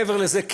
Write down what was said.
מעבר לזה,